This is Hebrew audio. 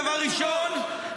דבר ראשון,